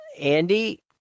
Andy